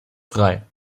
drei